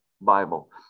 Bible